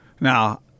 now